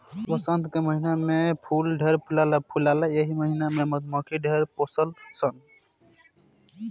वसंत के महिना में फूल ढेरे फूल फुलाला एही महिना में मधुमक्खी ढेर पोसली सन